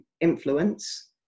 influence